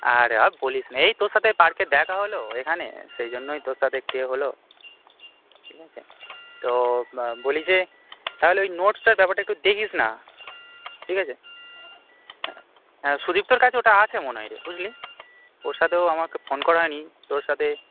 আরে আ বলিস না এই তোর সাথে পার্কে দেখা হলো এখানে সেই জন্যই তোর সাথে একটু ইয়ে হলো ঠিক আছে তো বলি যে তাহলে ওই নোটসটার ব্যাপারটা একটু দেখিস না ঠিক আছে হ্যাঁ হ্যাঁ সুদীপ্তর কছে ওটা আছে মনে হয় রে বুঝলি ওর সাথেও আমাকে ফোন করা হয় নি তোর সাথে